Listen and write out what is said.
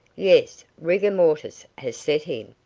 yes. rigor mortis has set in.